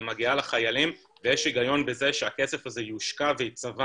מגיעה לחיילים ויש הגיון בזה שהכסף הזה יושקע וייצבע